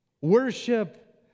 worship